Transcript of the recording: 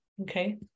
okay